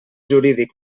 jurídic